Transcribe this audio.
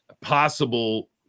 possible